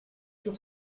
sur